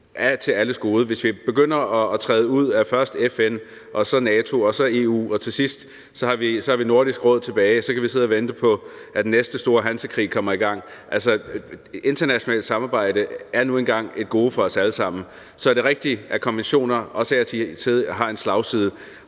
er til alles bedste. Hvis vi begynder at træde ud af først FN og så NATO og så EU og til sidst kun har Nordisk Råd tilbage, så kan vi sidde og vente på, at den næste store hansekrig kommer i gang. Altså, internationalt samarbejde er nu engang et gode for os alle sammen. Så er det rigtigt, at konventioner også af og til har en slagside,